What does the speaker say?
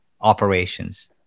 operations